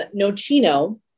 Nocino